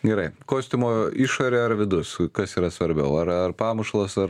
gerai kostiumo išorė ar vidus kas yra svarbiau ar ar pamušalas ar